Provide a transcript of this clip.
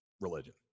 religion